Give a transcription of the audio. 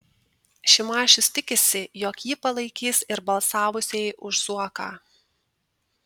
šimašius tikisi jog jį palaikys ir balsavusieji už zuoką